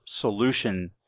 solution